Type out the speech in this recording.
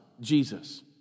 Jesus